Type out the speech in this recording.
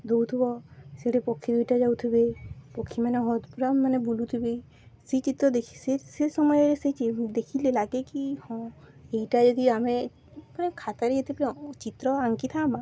ହଉଥିବ ସେଠି ପକ୍ଷୀ ଦୁଇଟା ଯାଉଥିବେ ପକ୍ଷୀମାନେ ହତ ପୁରା ମାନେ ବୁଲୁଥିବେ ସେ ଚିତ୍ର ଦେଖ ସେ ସେ ସମୟରେ ସେ ଦେଖିଲେ ଲାଗେ କି ହଁ ଏଇଟା ଯଦି ଆମେ ମାନେ ଖାତାରେ ଯେତେ ବି ବି ଚିତ୍ର ଆଙ୍କିଥାମା